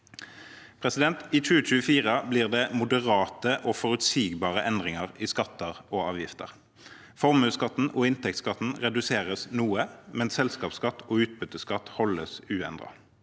havbruk. I 2024 blir det moderate og forutsigbare endringer i skatter og avgifter. Formuesskatten og inntektsskatten reduseres noe, mens selskapsskatt og utbytteskatt holdes uendret.